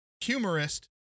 humorist